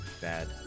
bad